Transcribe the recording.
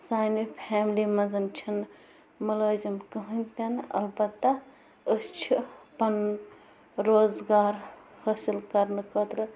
سانہٕ فیملی منٛز چھِنہٕ مٕلٲزم کٕہینۍ تہِ نہٕ البتہ أسۍ چھِ پَنُن روزگار حٲصل کَر نہٕ خٲطرٕ